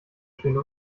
schöne